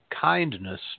Kindness